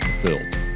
fulfilled